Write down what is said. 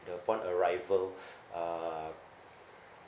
the upon arrival uh